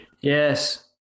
yes